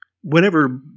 whenever